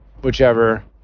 whichever